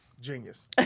Genius